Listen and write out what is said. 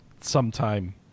sometime